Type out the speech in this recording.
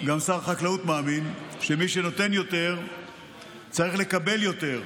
גם שר החקלאות מאמין, צריך לקבל יותר.